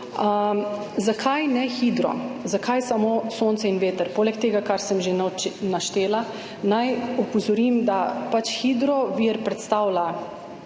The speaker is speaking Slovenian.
Zakaj ne hidro, zakaj samo sonce in veter? Poleg tega, kar sem že naštela, naj opozorim, da hidrovir predstavlja